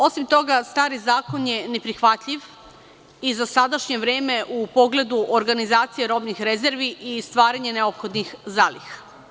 Osim toga, stari zakon je neprihvatljiv i za sadašnje vreme u pogledu organizacije robnih rezervi i stvaranja neophodnih zaliha.